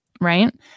right